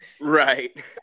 Right